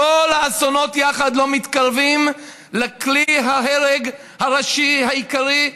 כל האסונות יחד לא מתקרבים לכלי ההרג הראשי העיקרי,